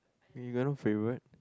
you got no favourite